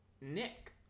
Nick